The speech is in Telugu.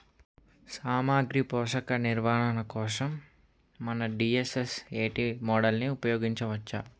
సామాగ్రి పోషక నిర్వహణ కోసం మనం డి.ఎస్.ఎస్.ఎ.టీ మోడల్ని ఉపయోగించవచ్చా?